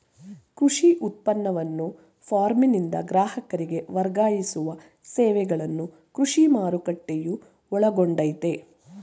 ಕೃಷಿ ಉತ್ಪನ್ನವನ್ನು ಫಾರ್ಮ್ನಿಂದ ಗ್ರಾಹಕರಿಗೆ ವರ್ಗಾಯಿಸುವ ಸೇವೆಗಳನ್ನು ಕೃಷಿ ಮಾರುಕಟ್ಟೆಯು ಒಳಗೊಂಡಯ್ತೇ